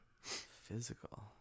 Physical